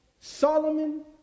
Solomon